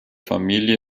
familie